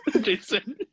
Jason